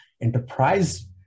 enterprise